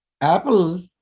Apple